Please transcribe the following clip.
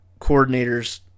coordinators